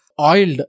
oiled